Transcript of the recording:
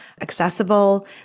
accessible